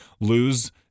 Lose